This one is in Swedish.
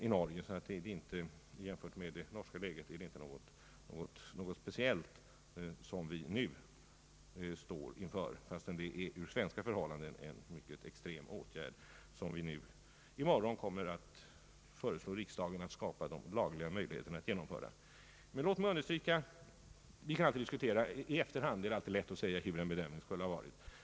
I jämförelse med förhållandena i Norge är det sålunda inte något särskilt anmärkningsvärt som vi nu står inför, fastän det är en i Sverige mycket speciell åtgärd som regeringen i morgon kommer att föreslå riksdagen att skapa de lagliga möjligheterna att genomföra. I efterhand är det alltid lätt att säga hur en bedömning borde ha gjorts.